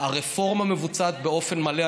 הרפורמה מבוצעת באופן מלא.